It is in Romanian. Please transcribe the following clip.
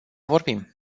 vorbim